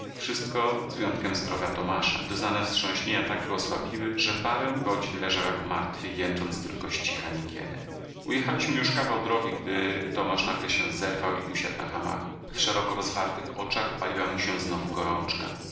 wszystko z wyjątkiem zdrowia tomasza doznane wstrząśnienia tak go osłabiły że parę godzin leżał jak martwy jęcząc tylko z cicha niekiedy ujechaliśmy już kawał drogi gdy tomasz nagle się zerwał i usiadł na hamaku w szeroko rozwartych oczach paliła mu się znowu gorączka